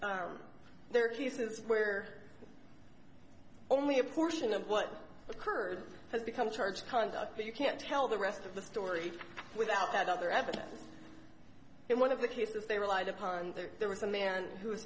occurred there are cases where only a portion of what occurred has become charged conduct but you can't tell the rest of the story without that other evidence in one of the cases they relied upon there was a man who